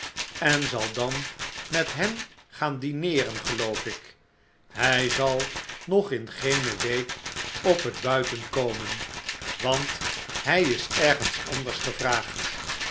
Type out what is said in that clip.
en zal dan met hem gaan dineeren geloof ik hij zal nog in geene week op het buiten komen want hij is ergens anders gevraagd